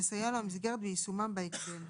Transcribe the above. תסייע לו המסגרת ביישומם בהקדם.